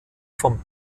vom